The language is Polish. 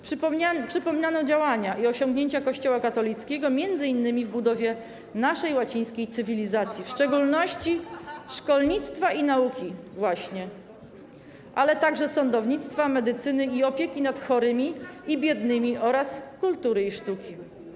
Przypominano działania i osiągnięcia Kościoła katolickiego m.in. w budowie naszej łacińskiej cywilizacji, w szczególności właśnie szkolnictwa i nauki, ale także sądownictwa, medycyny i opieki nad chorymi i biednymi oraz kultury i sztuki.